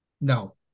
No